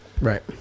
Right